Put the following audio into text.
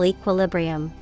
Equilibrium